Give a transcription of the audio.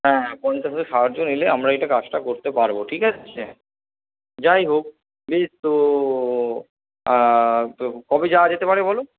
হ্যাঁ পঞ্চাশ থেকে ষাট জন এলে আমরা এই কাজটা করতে পারবো ঠিক আছে যাই হোক তো তো কবে যাওয়া যেতে পারে বলো